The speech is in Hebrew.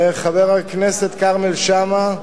חבר הכנסת כרמל שאמה,